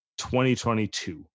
2022